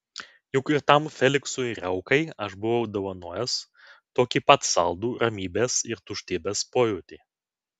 juk ir tam feliksui riaukai aš buvau dovanojęs tokį pat saldų ramybės ir tuštybės pojūtį